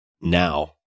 now